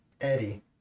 Eddie